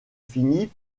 fini